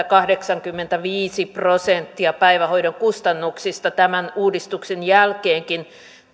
kahdeksankymmentäviisi prosenttia päivähoidon kustannuksista tämän uudistuksen jälkeenkin